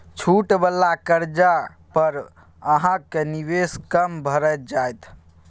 छूट वला कर्जा पर अहाँक निवेश कम भए जाएत